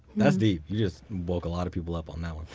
that's deep. you just woke a lot of people up on that one.